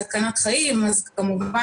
היום,